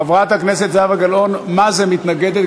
חברת הכנסת זהבה גלאון מה זה מתנגדת,